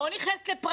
לא נכנסת לפרטים.